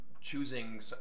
choosing